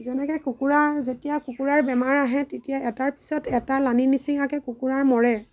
যেনেকে কুকুৰাৰ যেতিয়া কুকুৰাৰ বেমাৰ আহে তেতিয়া এটাৰ পিছত এটা লানি নিছিঙাকে কুকুৰা মৰে